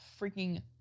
freaking